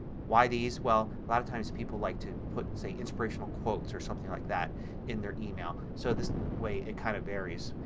why these? well, a lot of times people like to put, say, inspirational quotes or something like that in their email. so this way it kind of varies.